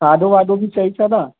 खाधो वाधो बि चई छॾा